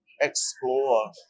explore